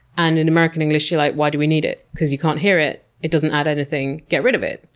and in american english, you're like, why do we need it? cause you can't hear it. it doesn't add anything. get rid of it.